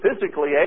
physically